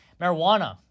Marijuana